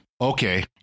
Okay